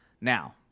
Now